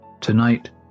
Tonight